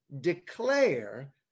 Declare